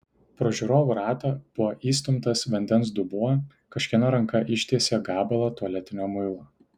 pro žiūrovų ratą buvo įstumtas vandens dubuo kažkieno ranka ištiesė gabalą tualetinio muilo